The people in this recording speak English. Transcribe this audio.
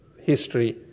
history